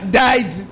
died